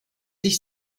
sich